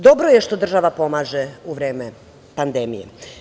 Dobro je što država pomaže u vreme pandemije.